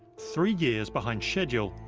three years behind schedule,